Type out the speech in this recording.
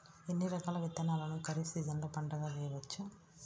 ఎన్ని రకాల విత్తనాలను ఖరీఫ్ సీజన్లో పంటగా వేయచ్చు?